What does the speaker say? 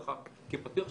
ככה כפתיח,